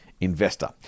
investor